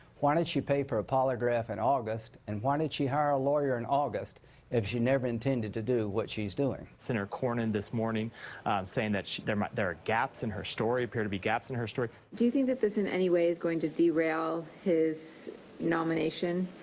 why did she pay for a polygraph in august, and why did she hire a lawyer in august if she never intended to do what she's doing? senator cornyn this morning saying that there there are gaps in her story, appear to be gaps in her story. do you think that this, in any way, is going to derail his nomination?